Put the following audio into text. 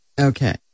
Okay